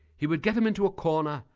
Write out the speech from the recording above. he would get him into a corner,